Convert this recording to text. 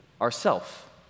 Ourself